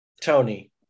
Tony